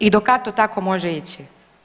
I do kad to tako može ići.